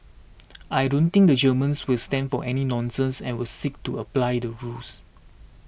I don't think the Germans will stand for any nonsense and will seek to apply the rules